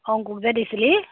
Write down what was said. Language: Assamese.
অংকুৰক যে দিছিলি